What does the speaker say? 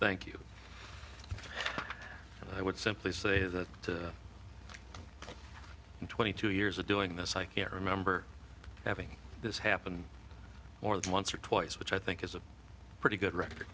thank you i would simply say that to twenty two years of doing this i can't remember having this happen more than once or twice which i think is a pretty good record